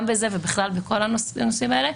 גם בזה ובכלל בכל הנושאים האלה.